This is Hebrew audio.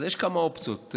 אז יש כמה אופציות,